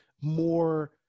more